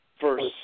first